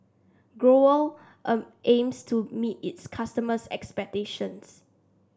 Growell aims to meet its customers' expectations